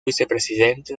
vicepresidente